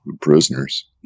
Prisoners